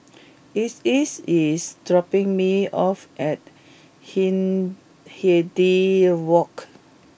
Isis is dropping me off at Hindhede Walk